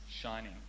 shining